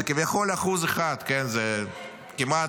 זה כביכול 1%, זה כמעט